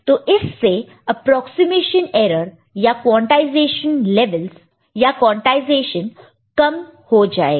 तो इससे approximation error या कोंटाईसेशन कम हो जाएगा